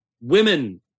women